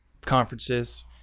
conferences